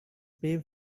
pay